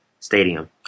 stadium